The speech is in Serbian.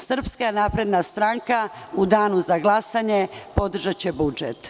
Srpska napredna stranka će u danu za glasanje podržati budžet.